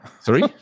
Three